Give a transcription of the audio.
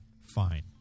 Fine